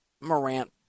Morant